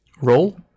Roll